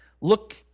look